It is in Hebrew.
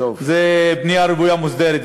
זו בנייה רוויה מוסדרת.